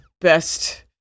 Best